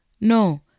No